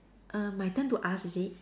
err my turn to ask is it